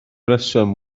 reswm